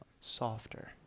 softer